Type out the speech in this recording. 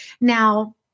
Now